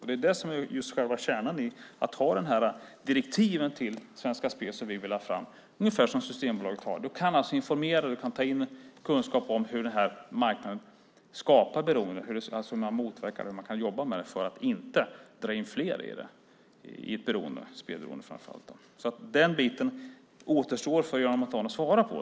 Det är det som är själva kärnan i att ha de direktiv till Svenska Spel som vi vill ha fram, ungefär som Systembolaget har. Då kan man informera och ta in kunskap om hur denna marknad skapar beroende och hur man kan motverka det och jobba med det för att inte fler ska dras in i ett spelberoende. Den delen återstår för Göran Montan att svara på.